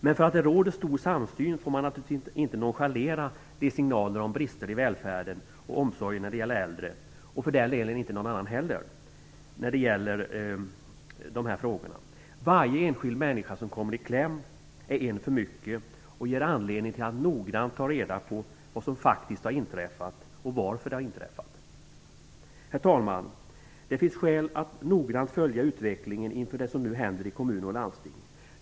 Bara för att det råder stor samsyn får man naturligtvis inte nonchalera signaler om brister i välfärden och omsorgen när det gäller de äldre - och för den delen inte för någon annan heller. Varje enskild människa som kommer i kläm är en för mycket och ger anledning till att noga ta reda på vad som faktiskt har inträffat och varför det har inträffat. Herr talman! Det finns skäl att noga följa utvecklingen inför det som nu händer i kommuner och landsting.